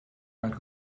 haar